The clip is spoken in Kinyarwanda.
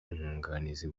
umwunganizi